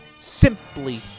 simply